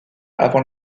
avant